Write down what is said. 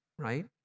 right